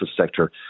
sector